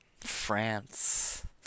France